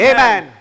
Amen